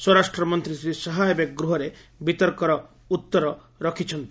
ସ୍ୱରାଷ୍ଟ୍ରମନ୍ତୀ ଶ୍ରୀ ଶାହା ଏବେ ଗୃହରେ ବିତର୍କର ଉତ୍ତର ରଖୁଛନ୍ତି